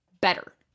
better